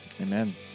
Amen